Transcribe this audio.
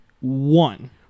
one